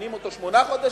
מכינים אותו שמונה חודשים,